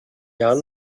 yan